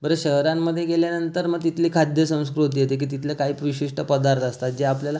बरं शहरांमध्ये गेल्यानंतर मग तिथली खाद्यसंस्कृती येते की तिथले काही विशिष्ट पदार्थ असतात जे आपल्याला